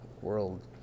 world